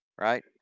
right